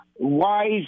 wise